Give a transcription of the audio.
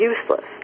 useless